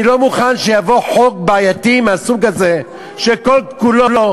אני לא מוכן שיבוא חוק בעייתי מסוג הזה, שכל כולו,